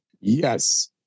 yes